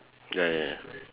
ya ya ya